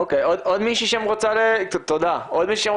עוד מישהי רוצה להתייחס?